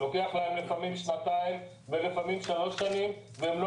לוקח להם לפעמים שנתיים ולפעמים שלוש שנים והם לא